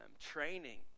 training